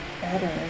better